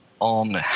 on